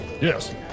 Yes